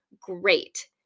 great